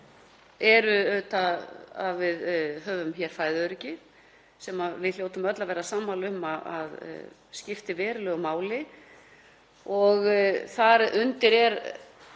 er að við höfum hér fæðuöryggi, sem við hljótum öll að vera sammála um að skiptir verulegu máli. Þar undir er